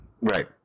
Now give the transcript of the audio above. right